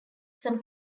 some